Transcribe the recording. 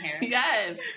Yes